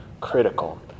critical